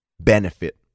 benefit